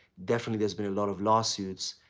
definitely there's been a lot of lawsuits,